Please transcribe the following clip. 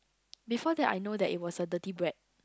before that I know that it was a dirty bread